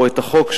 או את החוק,